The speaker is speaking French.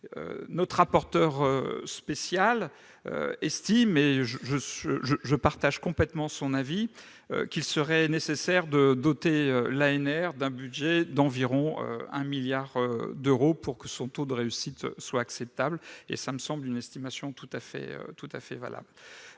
Notre rapporteur spécial estime, et je partage complètement son avis, qu'il serait nécessaire de doter l'ANR d'un budget d'environ 1 milliard d'euros, ce qui me semble être une estimation tout à fait valable.